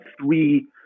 three